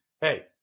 hey